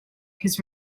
his